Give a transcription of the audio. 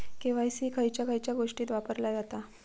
KYC खयच्या खयच्या गोष्टीत वापरला जाता?